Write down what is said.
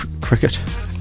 cricket